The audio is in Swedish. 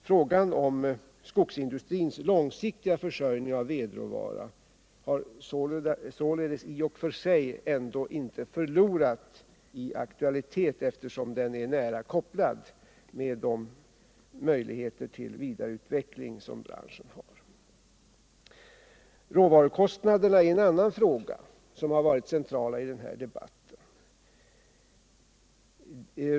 Frågan om skogsindustrins långsiktiga försörjning med vedråvara har emellertid ändå inte förlorat i aktualitet, eftersom den är nära kopplad till de möjligheter till vidareutveckling som branschen har. Råvarukostnaderna i svensk skogsindustri är en annan fråga som varit central i denna debatt.